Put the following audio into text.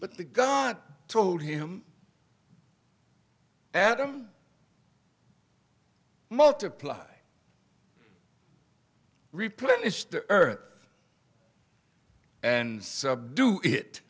but the gun told him adam multiply replenish the earth and subdue it